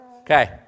Okay